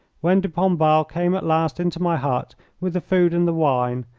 when de pombal came at last into my hut with the food and the wine,